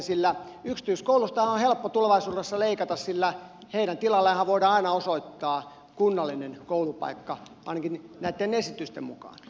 yksityiskouluistahan on helppo tulevaisuudessa leikata sillä niiden tilallehan voidaan aina osoittaa kunnallinen koulupaikka ainakin näitten esitysten mukaan